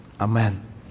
amen